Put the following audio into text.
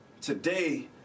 Today